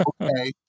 okay